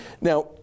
Now